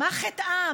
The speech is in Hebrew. מה חטאם?